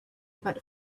but